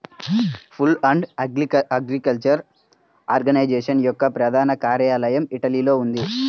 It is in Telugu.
ఫుడ్ అండ్ అగ్రికల్చర్ ఆర్గనైజేషన్ యొక్క ప్రధాన కార్యాలయం ఇటలీలో ఉంది